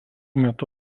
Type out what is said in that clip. metu